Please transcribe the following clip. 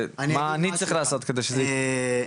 מה אני צריך לעשות כדי שזה יקרה?